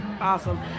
Awesome